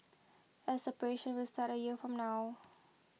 as operations will start a year from now